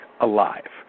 alive